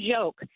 joke